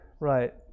Right